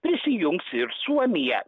prisijungs ir suomija